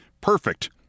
Perfect